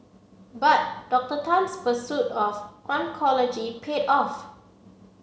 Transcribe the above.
but Doctor Tan's pursuit of oncology paid off